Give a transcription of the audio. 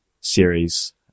series